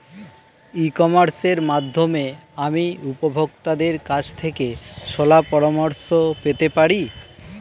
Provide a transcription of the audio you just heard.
ই কমার্সের মাধ্যমে আমি উপভোগতাদের কাছ থেকে শলাপরামর্শ পেতে পারি?